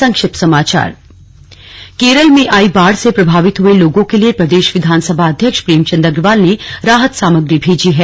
संक्षिप्त समाचार केरल में आई बाढ़ की विभीषिका से प्रभावित हुए लोगों के लिए प्रदेश विधानसभा अध्यक्ष प्रेम चंद अग्रवाल ने राहत सामग्री भेजी है